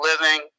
living